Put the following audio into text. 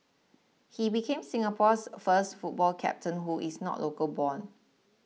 he became Singapore's first football captain who is not local born